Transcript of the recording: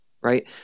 right